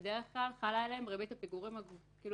בדרך כלל חלה עליהם ריבית הפיגורים הגבוהה,